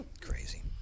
Crazy